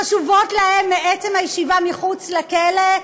חשובות להם מעצם הישיבה מחוץ לכלא,